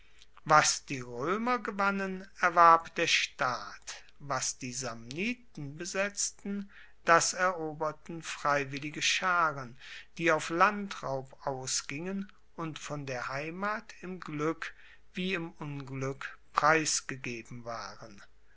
was die roemer gewannen erwarb der staat was die samniten besetzten das eroberten freiwillige scharen die auf landraub ausgingen und von der heimat im glueck wie im unglueck preisgegeben waren